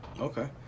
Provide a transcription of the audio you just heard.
Okay